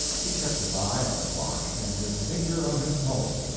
he kept his eye on the clock and his finger on his pulse.